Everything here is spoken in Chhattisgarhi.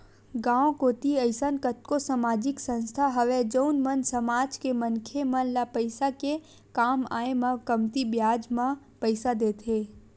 गाँव कोती अइसन कतको समाजिक संस्था हवय जउन मन समाज के मनखे मन ल पइसा के काम आय म कमती बियाज म पइसा देथे